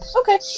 Okay